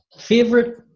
Favorite